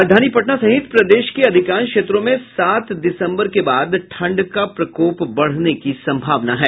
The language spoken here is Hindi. राजधानी पटना सहित प्रदेश के अधिकांश क्षेत्रों में सात दिसम्बर के बाद ठंड का प्रकोप बढ़ने की संभावना है